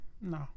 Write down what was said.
no